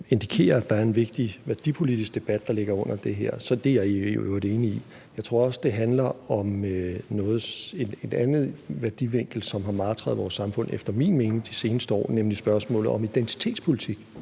indikerer, at der er en vigtig værdipolitisk debat, der ligger under det her, hvilket jeg i øvrigt er enig i, så tror jeg også, det handler om en anden værdivinkel, som efter min mening har martret vores samfund de seneste år, nemlig spørgsmålet om identitetspolitik,